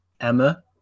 Emma